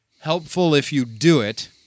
helpful-if-you-do-it